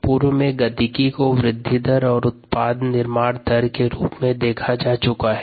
पूर्व में गतिकी को वृद्धि दर और उत्पाद निर्माण दर के रूप में देख चुकें है